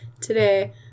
today